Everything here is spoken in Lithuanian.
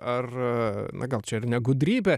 ar na gal čia ir ne gudrybė